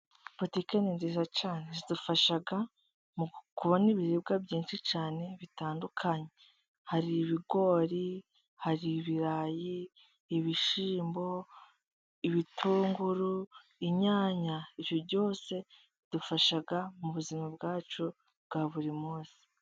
Butiki ni nziza cyane. Zidufasha mu kubona ibiribwa byinshi cyane bitandukanye. Hari ibigori, hari ibirayi, ibishyimbo, ibitunguru, inyanya. Ibyo byose bidufasha mu buzima bwacu bwa buri munsi.